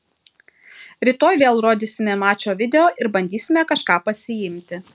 rytoj vėl rodysime mačo video ir bandysime kažką pasiimti